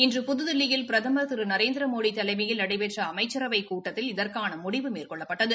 இன்று புதுதில்லியில் பிரதமா் திரு நரேந்திரமோடி தலைமையில் நடைபெற்ற அமைச்ர்வைக் கூட்டத்தில் இதற்கான முடிவு மேற்கொள்ளப்பட்டது